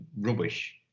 rubbish